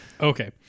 Okay